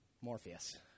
Morpheus